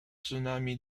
tsunami